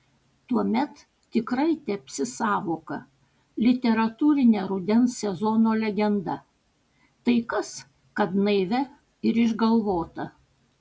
tuomet tikrai tapsi sąvoka literatūrine rudens sezono legenda tai kas kad naivia ir išgalvota